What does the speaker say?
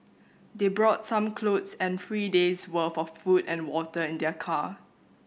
they brought some clothes and three day's worth for food and water in their car